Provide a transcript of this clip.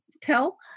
tell